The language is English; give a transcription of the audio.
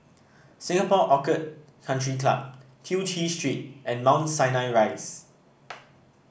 Singapore Orchid Country Club Tew Chew Street and Mount Sinai Rise